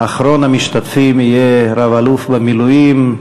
אחרון המשתתפים יהיה רב-אלוף במילואים,